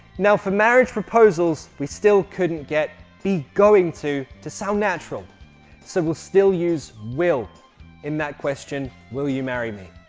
now for marriage proposals we still couldn't get be going to to sound natural so we still use will in that question will you marry me?